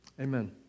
Amen